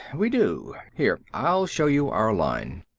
we do. here, i'll show you our line.